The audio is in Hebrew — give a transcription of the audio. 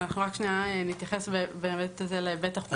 אנחנו נתייחס לעניין החוקי.